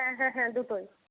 হ্যাঁ হ্যাঁ হ্যাঁ দুটোই